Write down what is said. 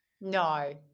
No